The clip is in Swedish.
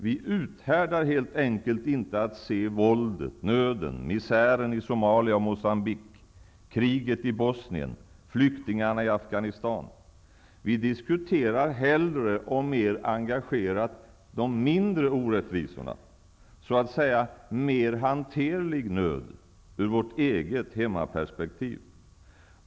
Vi uthärdar helt enkelt inte att se våldet, nöden, misären i Somalia och Moçambique, kriget i Bosnien, flyktingarna i Afghanistan. Vi diskuterar hellre och mer engagerat de mindre orättvisorna, så att säga mer hanterlig nöd, ur vårt eget hemmaperspektiv.